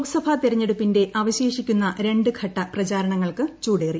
ലോക്സഭാ തെരഞ്ഞടുപ്പിന്റെ അവശേഷിക്കുന്ന രണ്ട് ഘട്ട പ്രചാരണങ്ങൾക്ക് ചൂടേറി